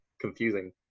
confusing